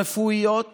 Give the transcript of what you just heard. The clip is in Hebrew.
רפואיות